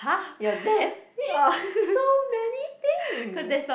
your desk so many things